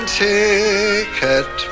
ticket